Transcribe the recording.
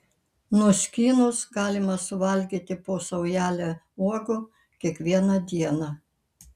nuskynus galima suvalgyti po saujelę uogų kiekvieną dieną